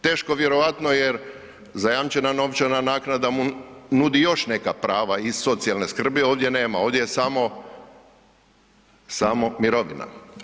Teško vjerojatno jer zajamčena novčana naknada mu nudi još neka prava iz socijalne skrbi, ovdje nema, ovdje je samo mirovina.